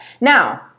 Now